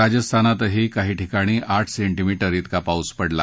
राजस्थानातही काही ठिकाणी आठ सेंटीमीटर तिका पाऊस पडला